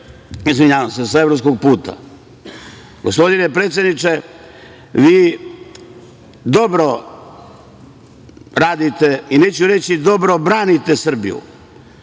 Srbiju sa evropskog puta. Gospodine predsedniče, vi dobro radite i neću dobro branite Srbiju,